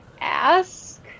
ask